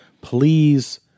please